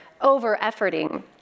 over-efforting